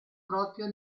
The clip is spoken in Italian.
proprio